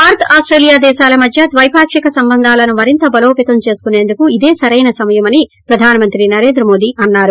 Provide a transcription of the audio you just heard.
Bharat Australia దేశాల మధ్య ద్వైపాక్షిక సంబంధాలను మరింత బలోపతం చేసుకునేందుకు ఇదే సరైన సమయమని ప్రధానమంత్రి నరేంద్రమోదీ అన్నారు